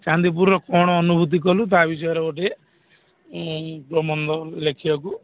ଚାନ୍ଦିପୁରର କ'ଣ ଅନୁଭୂତି କଲୁ ତା'ବିଷୟରେ ଗୋଟିଏ ପ୍ରବନ୍ଧ ଲେଖିବାକୁ